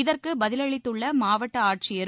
இதற்கு பதிலளித்துள்ள மாவட்ட ஆட்சியரும்